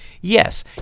yes